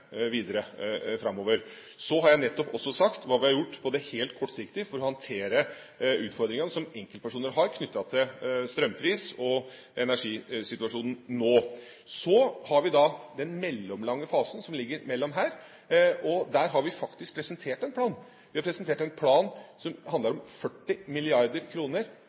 helt kortsiktige for å håndtere utfordringene som enkeltpersoner har knyttet til strømpris og energisituasjonen nå. Så har vi den mellomlange fasen som ligger mellom her. Der har vi faktisk presentert en plan. Vi har presentert en plan som handler om 40